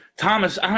Thomas